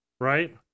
right